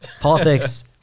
politics